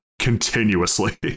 continuously